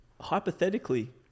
hypothetically